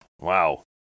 Wow